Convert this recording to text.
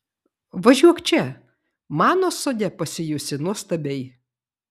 važiuok čia mano sode pasijusi nuostabiai